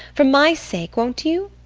for my sake, won't you?